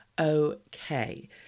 Okay